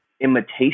imitation